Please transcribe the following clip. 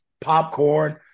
popcorn